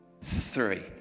three